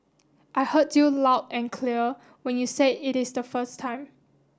I heard you loud and clear when you said it is the first time